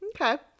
Okay